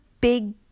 big